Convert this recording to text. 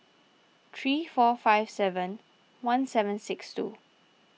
three four five seven one six seven two